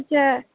अच्छा